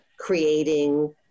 creating